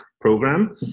program